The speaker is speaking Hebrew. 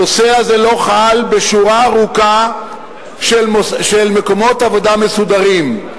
הדבר הזה לא חל בשורה ארוכה של מקומות עבודה מסודרים,